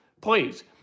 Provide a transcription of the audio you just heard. please